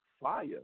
fire